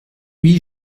lui